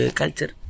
culture